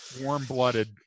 warm-blooded-